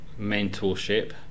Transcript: mentorship